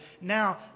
Now